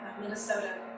Minnesota